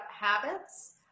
habits